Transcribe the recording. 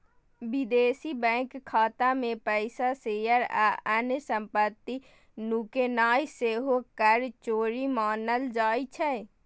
विदेशी बैंक खाता मे पैसा, शेयर आ अन्य संपत्ति नुकेनाय सेहो कर चोरी मानल जाइ छै